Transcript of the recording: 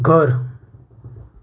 ઘર